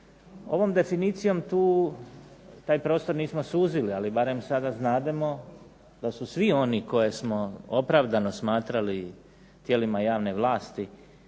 Ovom definicijom tu, taj prostor nismo suzili, ali barem sada znademo da su svi oni koje smo opravdano smatrali tijelima javne vlasti